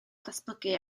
datblygu